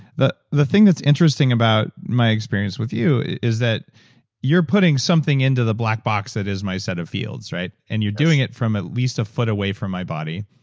the the thing that's interesting about my experience with you is that you're putting something into the black box that is my set of fields, right? yes and you're doing it from at least a foot away from my body,